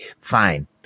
fine